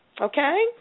okay